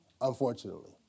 unfortunately